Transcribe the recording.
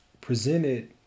presented